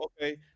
okay